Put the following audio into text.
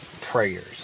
Prayers